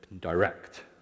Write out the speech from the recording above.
direct